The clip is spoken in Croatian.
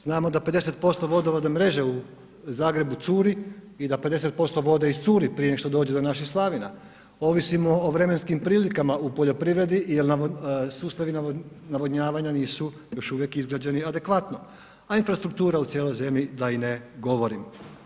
Znamo da 50% vodovodne mreže u Zagrebu curi i da 50% vode iscuri prije nego što dođe do naših slavinama, ovisimo o vremenskim prilikama u poljoprivredi jer sustavi navodnjavanja nisu još uvijek izgrađeni adekvatno, a infrastruktura u cijeloj zemlji da i ne govorim.